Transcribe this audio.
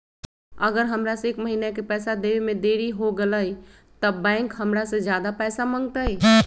अगर हमरा से एक महीना के पैसा देवे में देरी होगलइ तब बैंक हमरा से ज्यादा पैसा मंगतइ?